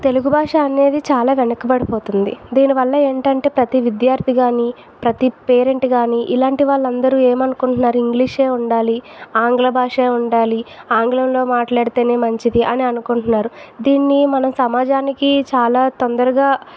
తెలుగు భాష అనేది చాలా వెనుకబడి పోతుంది దీని వల్ల ఏంటంటే ప్రతి విద్యార్థి కాని ప్రతి పేరెంట్ కాని ఇలాంటి వాళ్ళందరూ ఏమనుకుంటున్నారు ఇంగ్లీషే ఉండాలి ఆంగ్ల భాషే ఉండాలి ఆంగ్లంలో మాట్లాడితేనే మంచిది అని అనుకుంటున్నారు దీన్ని మన సమాజానికి చాలా తొందరగా